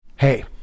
Hey